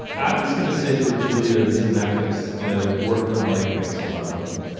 i was going to say for julia zemeckis, you know, workman like makes a lot of money